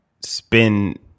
spend